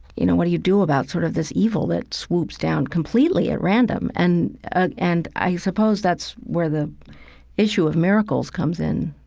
you know, what do you do about sort of this evil that swoops down completely at random? and ah and i suppose that's where the issue of miracles comes in,